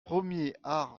premier